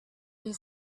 this